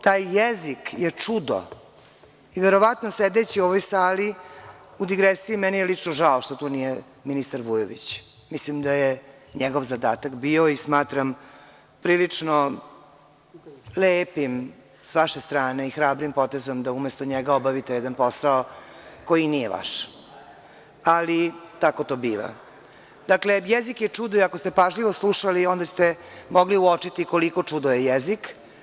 Taj jezik je čudo i verovatno sedeći u ovoj sali, u digresiji, meni je lično žao što nije ministar Vujović, mislim da je njegov zadatak bio i smatram prilično lepim sa vaše strane i hrabrim potezom da umesto njega obavite jedan posao koji nije vaš, ali tako to biva, dakle, jezik je čudo i ako ste pažljivo slušali, onda ste mogli uočiti koliko čudo je jezik.